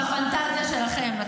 בפנטזיה שלכם.